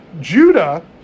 Judah